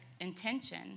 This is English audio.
intention